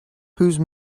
whose